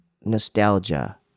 nostalgia